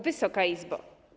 Wysoka Izbo!